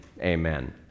amen